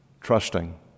trusting